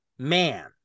man